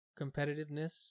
competitiveness